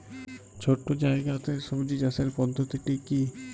ছোট্ট জায়গাতে সবজি চাষের পদ্ধতিটি কী?